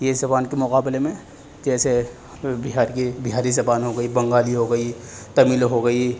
یہ اس زبان کے مقابلے میں جیسے بِہار یہ بِہاری زبان ہو گئی بنگالی ہو گئی تمل ہو گئی